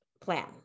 plan